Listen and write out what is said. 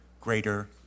greater